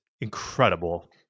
incredible